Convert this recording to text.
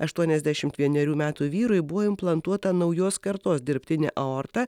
aštuoniasdešimt vienerių metų vyrui buvo implantuota naujos kartos dirbtinė aorta